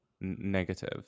negative